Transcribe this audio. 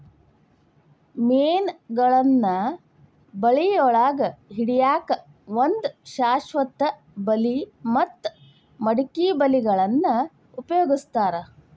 ಮೇನಗಳನ್ನ ಬಳಿಯೊಳಗ ಹಿಡ್ಯಾಕ್ ಒಂದು ಶಾಶ್ವತ ಬಲಿ ಮತ್ತ ಮಡಕಿ ಬಲಿಗಳನ್ನ ಉಪಯೋಗಸ್ತಾರ